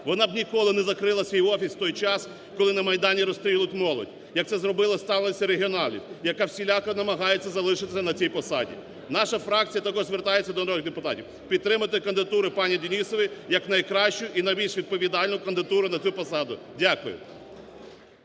Вона б ніколи не закрила свій офіс в той час, коли на Майдані розстрілюють молодь, як це зробила… сталося в регіоналів, яка всіляко намагається залишитися на цій посаді. Наша фракція також звертається до народних депутатів підтримати кандидатуру пані Денісової як найкращу і найбільш відповідальну кандидатуру на цю посаду. Дякую.